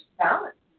balance